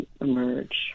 Emerge